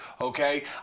Okay